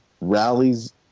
rallies